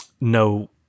no